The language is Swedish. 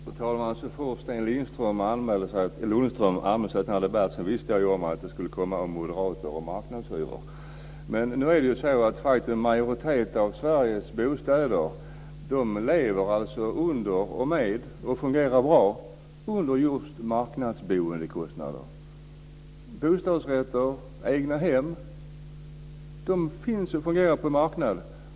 Fru talman! Så fort Sten Lundström anmälde sig till denna debatt visste jag att det skulle komma något om moderater och marknadshyror. Men det är så att en majoritet av Sveriges bostäder fungerar bra under just marknadsboendekostnader. Bostadsrätter och egnahem finns och fungerar på marknaden.